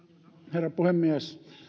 herra puhemies